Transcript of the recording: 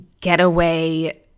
getaway